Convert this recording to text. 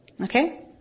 Okay